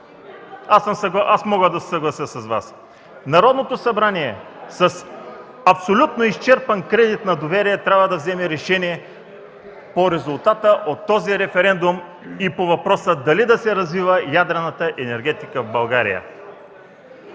(Шум и реплики от ГЕРБ.) Народното събрание с абсолютно изчерпан кредит на доверие трябва да вземе решение по резултата от този референдум и по въпроса дали да се развива ядрената енергетика в България.